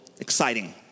exciting